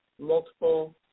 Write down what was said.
multiple